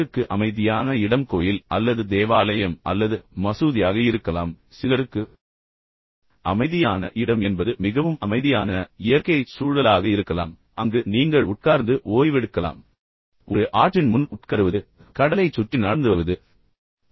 சிலருக்கு அமைதியான இடம் கோயில் அல்லது தேவாலயம் அல்லது மசூதியாக இருக்கலாம் சிலருக்கு அமைதியான இடம் என்பது மிகவும் அமைதியான இயற்கை சூழலாக இருக்கலாம் அங்கு நீங்கள் உட்கார்ந்து ஓய்வெடுக்கலாம் ஒரு ஆற்றின் முன் உட்கார்ந்து கொள்வது கடலைச் சுற்றி நடந்து வருவது போன்றவை